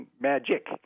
magic